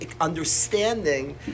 understanding